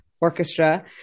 orchestra